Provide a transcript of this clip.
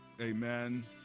Amen